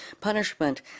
Punishment